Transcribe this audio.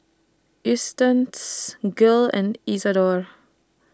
Eustace Gil and Isadore